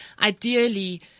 ideally